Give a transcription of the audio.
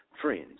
friends